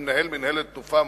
ולמנהל מינהלת "תנופה",